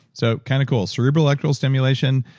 so kind of cool, cerebral electrical stimulation,